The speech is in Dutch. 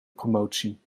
promotie